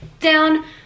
down